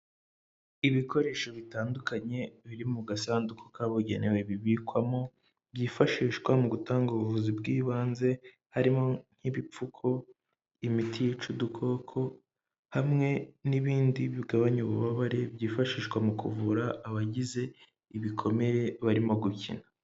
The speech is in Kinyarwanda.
Ibikoresho bitandukanye biri mu gasanduku kabugenewe bibikwamo, byifashishwa mu gutanga ubuvuzi bw'ibanze, harimo nk'ibipfuko, imiti yica udukoko, hamwe n'ibindi bigabanya ububabare byifashishwa mu kuvura abagize ibikomere barimo gukina.